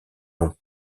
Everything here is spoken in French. nom